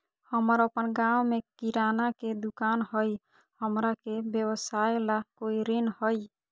हमर अपन गांव में किराना के दुकान हई, हमरा के व्यवसाय ला कोई ऋण हई?